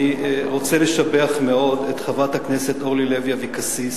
אני רוצה לשבח את חברת הכנסת אורלי לוי אבקסיס,